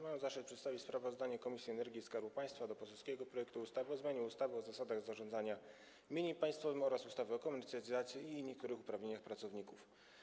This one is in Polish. Mam zaszczyt przedstawić sprawozdanie Komisji do Spraw Energii i Skarbu Państwa o poselskim projekcie ustawy o zmianie ustawy o zasadach zarządzania mieniem państwowym oraz ustawy o komercjalizacji i niektórych uprawnieniach pracowników.